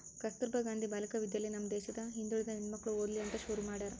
ಕಸ್ತುರ್ಭ ಗಾಂಧಿ ಬಾಲಿಕ ವಿದ್ಯಾಲಯ ನಮ್ ದೇಶದ ಹಿಂದುಳಿದ ಹೆಣ್ಮಕ್ಳು ಓದ್ಲಿ ಅಂತ ಶುರು ಮಾಡ್ಯಾರ